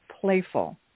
playful